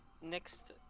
Next